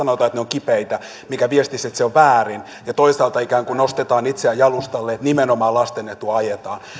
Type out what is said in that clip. kipeitä mikä viestisi että se on väärin ja toisaalta ikään kuin nostetaan itseä jalustalle että nimenomaan lasten etua ajetaan mutta